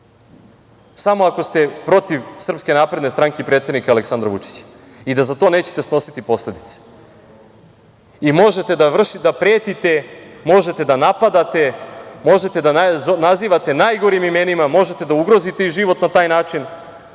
samo ako ste protiv SNS i predsednika Aleksandra Vučića i da za to nećete snositi posledice i možete da pretite, možete da napadate, možete da nazivate najgorim imenima, možete da ugrozite i život na taj način,